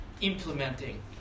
implementing